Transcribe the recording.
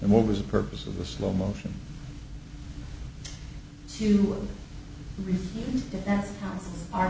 and what was the purpose of the slow motion you